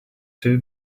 two